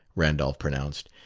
randolph pronounced.